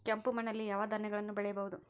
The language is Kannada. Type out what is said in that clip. ಕೆಂಪು ಮಣ್ಣಲ್ಲಿ ಯಾವ ಧಾನ್ಯಗಳನ್ನು ಬೆಳೆಯಬಹುದು?